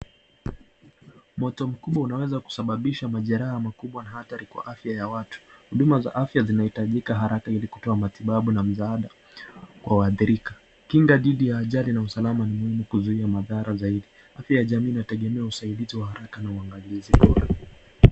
Moto mkubwa unaweza kusababisha majeraha makubwa na athari kwa afya wa watu Huduma ya afya inahitajika haraka ili kutoa matibabu na msaada kwa waathirika ama kuzuia mathara zaidi. Afya ya jamii inategemea usaidizi wa haraka na uangalizi bora.